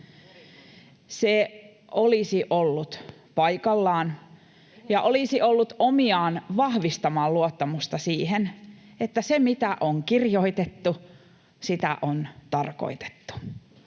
Se olisi ollut paikallaan ja olisi ollut omiaan vahvistamaan luottamusta siihen, että mitä on kirjoitettu, sitä on tarkoitettu.